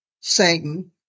Satan